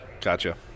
Gotcha